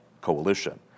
coalition